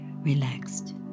relaxed